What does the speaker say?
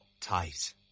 tight